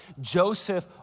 Joseph